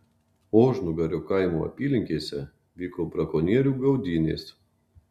ožnugario kaimo apylinkėse vyko brakonierių gaudynės